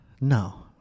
no